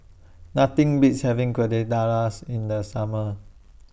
Nothing Beats having Quesadillas in The Summer